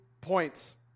Points